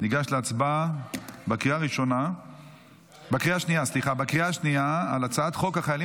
ניגש להצבעה בקריאה השנייה על הצעת חוק החיילים